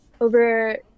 over